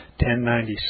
1096